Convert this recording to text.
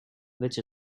which